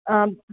અ